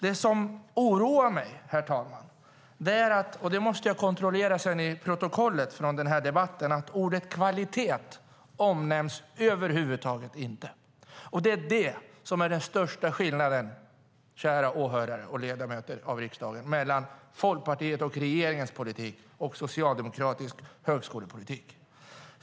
Det som oroar mig, herr talman, är - och det måste jag kontrollera sedan i protokollet från den här debatten - att ordet kvalitet över huvud taget inte omnämns. Det är det som är den största skillnaden, kära åhörare och ledamöter av riksdagen, mellan Folkpartiets och regeringens politik och socialdemokratisk högskolepolitik.